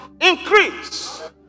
increase